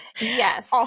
Yes